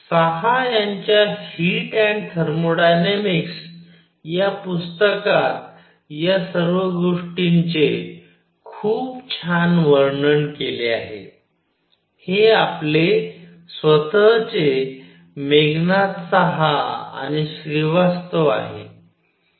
साहा यांच्या heat and thermodynamics या पुस्तकात या सर्व गोष्टींचे खूप छान वर्णन केले आहे हे आपले स्वतःचे मेघनाथ साहा आणि श्रीवास्तव आहे